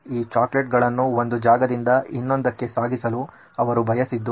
ಈ ಚಾಕೊಲೇಟುಗಳನ್ನು ಒಂದು ಜಾಗದಿಂದ ಇನ್ನೊಂದಕ್ಕೆ ಸಾಗಿಸಲು ಅವರು ಬಯಸಿದ್ದು